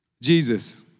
Jesus